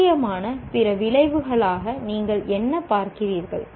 சாத்தியமான பிற விளைவுகளாக நீங்கள் என்ன பார்க்கிறீர்கள்